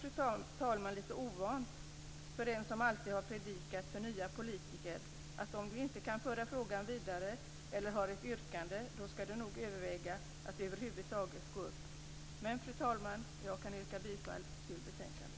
Detta känns lite ovant för en som alltid har predikat för nya politiker att om man inte kan föra frågan vidare eller har ett yrkande ska man nog överväga att över huvud taget gå upp. Men, fru talman, jag yrkar bifall till hemställan i betänkandet.